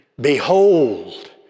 Behold